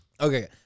Okay